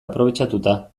aprobetxatuta